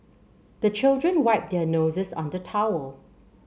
the children wipe their noses on the towel